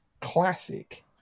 classic